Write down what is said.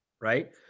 right